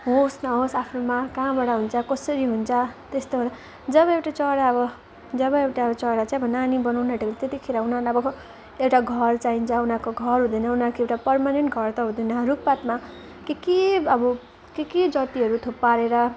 होस् नहोस् आफ्नोमा कहाँबाट हुन्छ कसरी हुन्छ त्यस्तो भएर जब एउटा चरा अब जब एउटा चरा चाहिँ अब नानी बनाउन आँटेको हुन्छ त्यतिखेर उनीहरूलाई अब एउटा घर चाहिन्छ उनीहरूको घर हुँदैन उनीहरूको एउटा पर्मानेन्ट घर त हुँदैन रुखपातमा के के अब के के जातिहरू थुपारेर